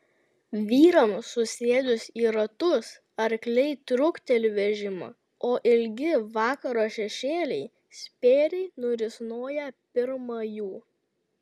vyrams susėdus į ratus arkliai trukteli vežimą o ilgi vakaro šešėliai spėriai nurisnoja pirma jų